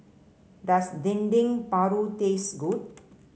does Dendeng Paru taste good